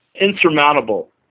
insurmountable